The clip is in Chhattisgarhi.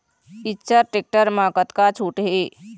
इच्चर टेक्टर म कतका छूट हे?